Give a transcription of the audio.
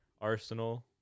Arsenal